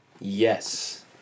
Yes